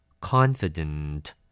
Confident